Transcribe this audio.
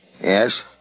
Yes